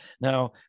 Now